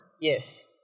yes